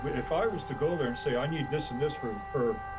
but if i was to go there and say i need this and this for and for